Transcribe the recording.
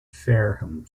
fareham